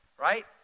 right